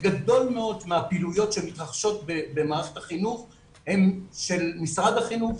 גדול מאוד מהפעילויות שמתרחשות במערכת החינוך הן של משרד החינוך,